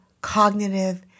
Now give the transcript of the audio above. cognitive